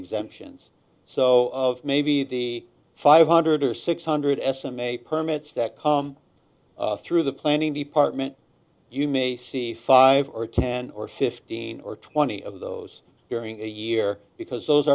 exemptions so maybe the five hundred or six hundred s m a permits that come through the planning department you may see five or ten or fifteen or twenty of those during a year because those